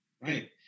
right